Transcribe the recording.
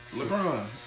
LeBron